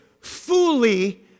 fully